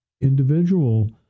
individual